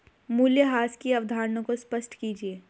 मूल्यह्रास की अवधारणा को स्पष्ट कीजिए